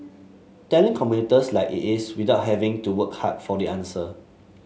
telling commuters like it is without having to work hard for the answer